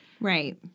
Right